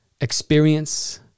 experience